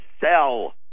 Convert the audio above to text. sell